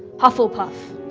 hufflepuff.